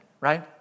right